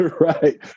right